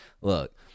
Look